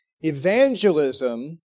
Evangelism